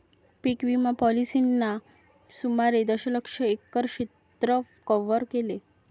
पीक विमा पॉलिसींनी सुमारे दशलक्ष एकर क्षेत्र कव्हर केले